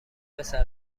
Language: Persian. پسر